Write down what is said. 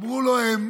אמרו לו: הם